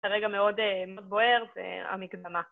‫כרגע מאוד בוער, זה המקדמה.